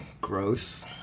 Gross